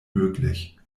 möglich